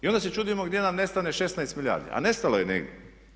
I onda se čudimo gdje nam nestane 16 milijardi, a nestalo je negdje.